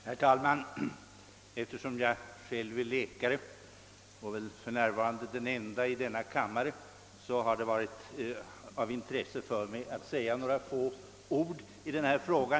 Herr talman! Efterom jag väl är den ende läkaren i denna kammare, är det av intresse för mig att få säga några få ord i denna fråga.